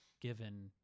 given